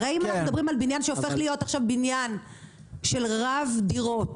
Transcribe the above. הרי אם אנחנו מדברים על בניין שהופך להיות עכשיו בניין רב דירות,